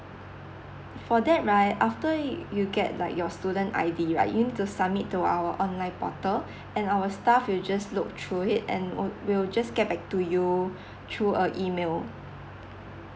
for that right after you get like your student I_D like you need to submit to our online portal and our staff will just look through it and on~ will just get back to you through uh email